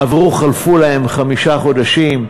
עברו חלפו להם חמישה חודשים,